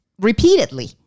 repeatedly